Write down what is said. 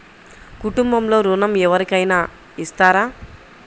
కుటుంబంలో ఋణం ఎవరికైనా ఇస్తారా?